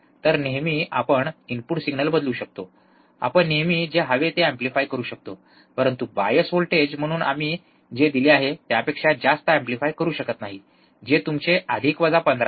तर आपण नेहमी इनपुट सिग्नल बदलू शकतो आपण नेहमी जे हवे ते एम्प्लिफाय करू शकतो परंतु बायस व्होल्टेज म्हणून आम्ही जे दिले आहे त्यापेक्षा जास्त एम्प्लिफाय करू शकत नाही जे तुमचे अधिक वजा 15 आहे